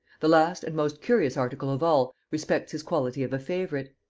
the last and most curious article of all, respects his quality of a favorite.